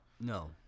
No